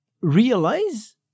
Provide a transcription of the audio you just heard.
realize